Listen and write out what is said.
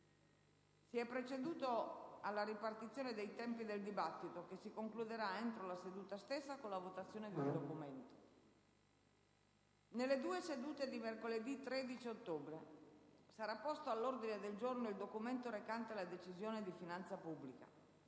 Si è proceduto alla ripartizione dei tempi del dibattito, che si concluderà entro la seduta stessa con la votazione di un documento. Nelle due sedute di mercoledì 13 ottobre sarà posto all'ordine del giorno il documento recante la Decisione di finanza pubblica.